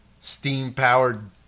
steam-powered